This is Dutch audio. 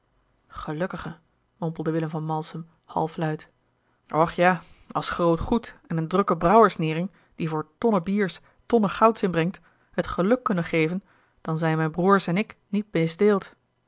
gelukkige mompelde willem van malsem halfluid och ja als groot goed en een drukke brouwersnering die voor tonnen biers tonnen gouds inbrengt het geluk konnen geven dan zijn mijne broêrs en ik niet